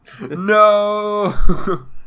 No